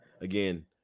again